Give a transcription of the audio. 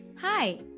Hi